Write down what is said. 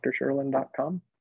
drsherlin.com